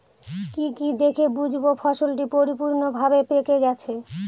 কি কি দেখে বুঝব ফসলটি পরিপূর্ণভাবে পেকে গেছে?